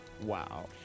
Wow